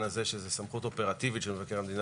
הזה שזו סמכות אופרטיבית של מבקר המדינה,